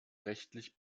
rechtlich